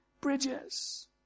bridges